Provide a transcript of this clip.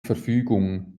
verfügung